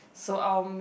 so um